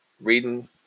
reading